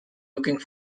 looking